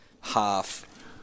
half